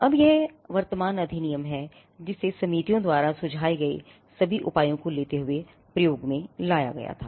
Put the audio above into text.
यह अब वर्तमान अधिनियम है जिसे समितियों द्वारा सुझाए गए सभी उपायों को लेते हुए प्रयोग में लाया गया था